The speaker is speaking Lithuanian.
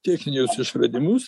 techninius išradimus